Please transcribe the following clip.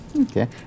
Okay